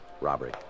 Robbery